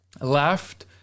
left